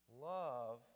love